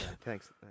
thanks